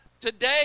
Today